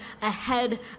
ahead